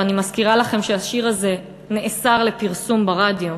ואני מזכירה לכם שהשיר הזה נאסר לפרסום ברדיו,